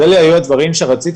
אז אלה היו הדברים שרציתי,